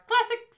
classics